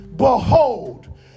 Behold